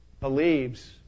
believes